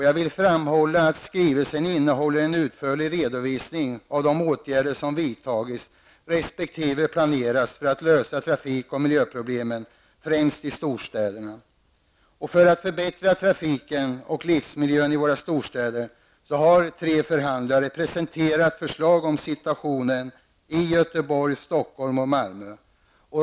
Jag vill framhålla att skrivelsen innehåller en utförlig redovisning av de åtgärder som vidtagits resp. planeras för att lösa trafik och miljöproblemen, främst i storstäderna. För att förbättra trafiken och livsmiljön i våra tre storstäder har tre förhandlare presenterat förslag om situationen i Göteborg, Stockholm och Malmö.